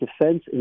defense